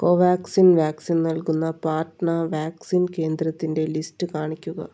Covaxin vaccine നൽകുന്ന Patna vaccine കേന്ദ്രത്തിൻ്റെ list കാണിക്കുക